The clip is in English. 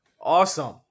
awesome